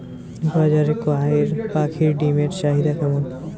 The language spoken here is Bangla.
বাজারে কয়ের পাখীর ডিমের চাহিদা কেমন?